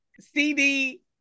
CD